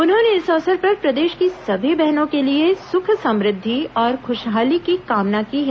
उन्होंने इस अवसर पर प्रदेश की सभी बहनों के लिए सुख समृद्धि और खुशहाली की कामना की है